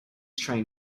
trying